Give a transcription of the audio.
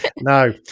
No